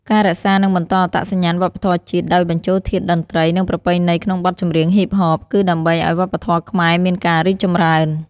ការរក្សា និងបន្តអត្តសញ្ញាណវប្បធម៌ជាតិ ដោយបញ្ចូលធាតុតន្ត្រី និងប្រពៃណីក្នុងបទចម្រៀងហ៊ីបហប គឺដើម្បីឲ្យវប្បធម៌ខ្មែរមានការរីកចម្រើន ។